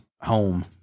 home